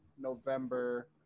November